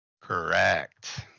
Correct